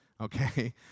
okay